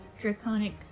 draconic